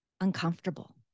uncomfortable